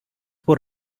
what